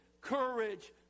courage